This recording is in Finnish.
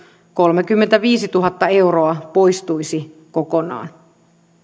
kolmekymmentäviisituhatta euroa poistuisi kokonaan